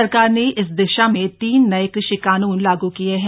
सरकार ने इस दिशा में तीन नये कृषि कानून लागू किए हैं